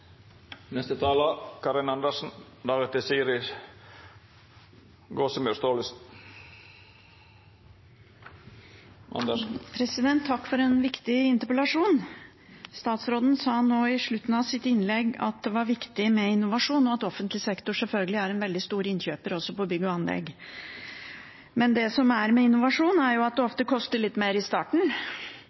Takk for en viktig interpellasjon. Statsråden sa nå på slutten av sitt innlegg at det var viktig med innovasjon, og at offentlig sektor selvfølgelig er en veldig stor innkjøper også på bygg og anlegg. Men det som er med innovasjon, er at det ofte koster litt mer i starten